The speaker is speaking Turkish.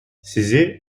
sizi